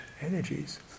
energies